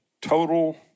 total